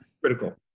critical